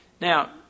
Now